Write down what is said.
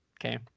Okay